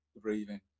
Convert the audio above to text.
breathing